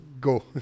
go